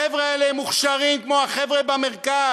החבר'ה האלה הם מוכשרים כמו החבר'ה במרכז.